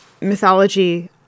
mythology